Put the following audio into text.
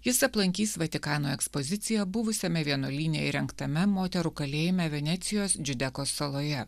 jis aplankys vatikano ekspoziciją buvusiame vienuolyne įrengtame moterų kalėjime venecijos džiudekos saloje